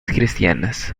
cristianas